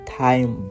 time